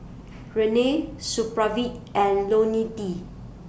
Rene Supravit and Ionil T